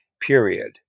period